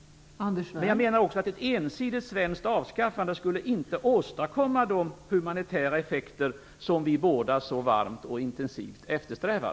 Ett ensidigt svenskt avskaffande skulle inte åstadkomma de humanitära effekter som vi båda så varmt och intensivt eftersträvar.